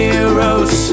Heroes